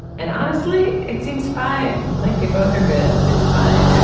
and honestly it seems fine like they both are good. it's fine.